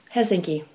Helsinki